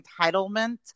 entitlement